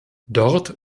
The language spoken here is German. dort